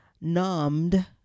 numbed